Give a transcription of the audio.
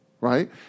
right